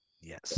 yes